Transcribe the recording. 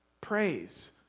praise